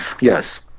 yes